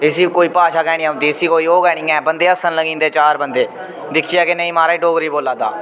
इसी कोई भाशा गै नि औंदी इसी कोई ओह् गै नि ऐ बन्दे हस्सन लगी जन्दे चार बन्दे दिक्खियै के नेईं महाराज डोगरी बोला दा